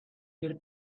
here